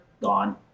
gone